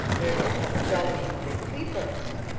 we're going to have a jolly evening. tea first.